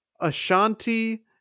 Ashanti